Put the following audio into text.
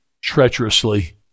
treacherously